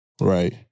right